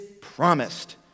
promised